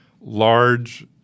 large